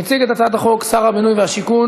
מציג את הצעת החוק שר הבינוי והשיכון